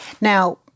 Now